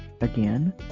Again